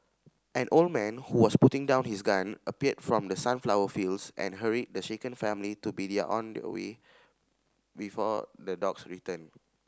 an old man who was putting down his gun appeared from the sunflower fields and hurried the shaken family to be on their way before the dogs return